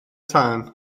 tân